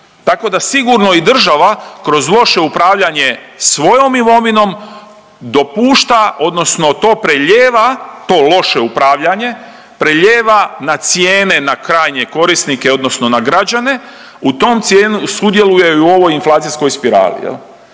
Tako da sigurno i država kroz loše upravljanje svojom imovinom dopušta odnosno to preljeva, to loše upravljanje preljeva ne cijene na krajnje korisnike odnosno na građane u tom …/Govornik se ne razumije./… sudjeluje i u ovoj inflacijskoj spirali